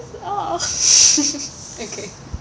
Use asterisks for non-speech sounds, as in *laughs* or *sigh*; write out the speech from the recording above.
oh *laughs* okay